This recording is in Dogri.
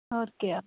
होर क्या